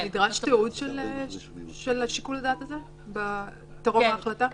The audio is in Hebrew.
נדרש תיעוד של שיקול הדעת הזה טרום ההחלטה?